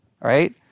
right